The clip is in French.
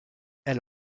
elle